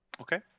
Okay